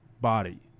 body